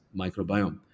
microbiome